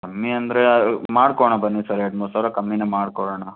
ಕಮ್ಮಿ ಅಂದರೆ ಮಾಡಿಕೊಡೋಣ ಬನ್ನಿ ಸಾರ್ ಎರಡು ಮೂರು ಸಾವಿರ ಕಮ್ಮಿ ಮಾಡಿಕೊಡೋಣ